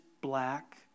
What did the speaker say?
black